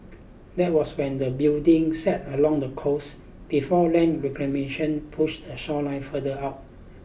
that was when the building sat along the coast before land reclamation push the shoreline further out